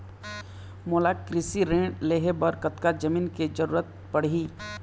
मोला कृषि ऋण लहे बर कतका जमीन के जरूरत पड़ही?